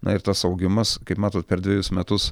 na ir tas augimas kaip matot per dvejus metus